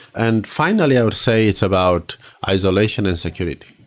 and finally, i would say it's about isolation and security.